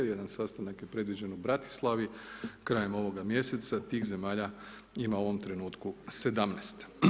Jedan sastanak je predviđen u Bratislavi krajem ovoga mjeseca, tih zemalja ima u ovom trenutku 17.